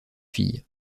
fille